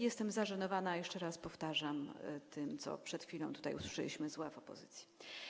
Jestem zażenowana, jeszcze raz powtarzam, tym, co przed chwilą usłyszeliśmy z ław opozycji.